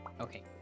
Okay